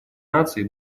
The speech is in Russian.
наций